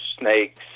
Snakes